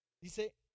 Dice